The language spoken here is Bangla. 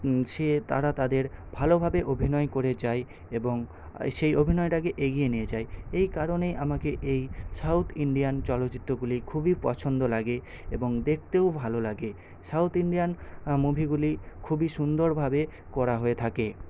সে তারা তাদের ভালোভাবে অভিনয় করে যায় এবং সেই অভিনয়টাকে এগিয়ে নিয়ে যায় এই কারণে আমাকে এই সাউথ ইন্ডিয়ান চলচ্চিত্রগুলি খুবই পছন্দ লাগে এবং দেখতেও ভালো লাগে সাউথ ইন্ডিয়ান মুভিগুলি খুবই সুন্দরভাবে করা হয়ে থাকে